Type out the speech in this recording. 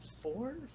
four